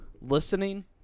listening